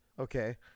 okay